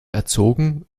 erzogen